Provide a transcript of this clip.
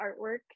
artwork